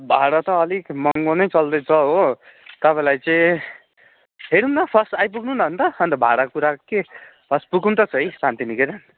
भाडा त अलिक महँगो नै चल्दैछ हो तपाईँलाई चाहिँ हेरौँ न फर्स्ट आइपुग्नु न अन्त अन्त भाडाको कुरा के फर्स्ट पुगौँ त सही शान्तिनिकेतन